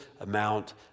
amount